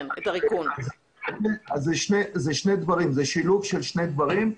אז זה שילוב של שני דברים,